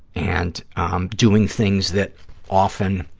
and um doing things that often